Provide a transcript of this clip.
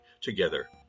together